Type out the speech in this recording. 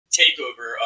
takeover